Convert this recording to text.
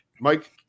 Mike